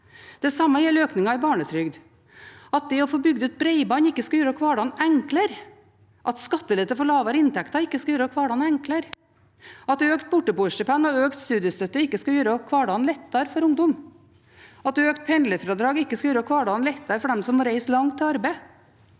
Det samme gjelder økningen i barnetrygd. At det å få bygd ut bredbånd ikke skal gjøre hverdagen enklere, at skattelette for lavere inntekter ikke skal gjøre hverdagen enklere, at økt borteboerstipend og økt studiestøtte ikke skal gjøre hverdagen lettere for ungdom, at økt pendlerfradrag ikke skal gjøre hverdagen lettere for dem som må reise langt på arbeid,